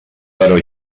però